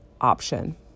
option